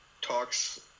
talks